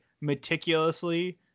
meticulously